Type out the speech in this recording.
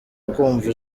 kumva